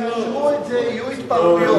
אם לא יאשרו את זה יהיו התפרעויות.